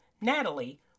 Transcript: Natalie